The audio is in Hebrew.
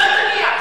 אל תגיע.